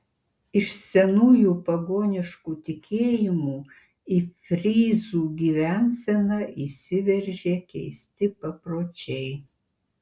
iš senųjų pagoniškų tikėjimų į fryzų gyvenseną įsiveržė keisti papročiai